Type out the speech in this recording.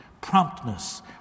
promptness